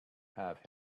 have